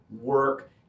work